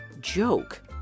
joke